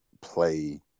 play